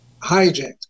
hijacked